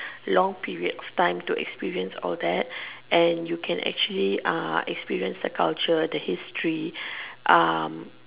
long period of time to experience all that and you can actually uh experience the culture the history um